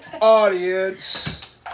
audience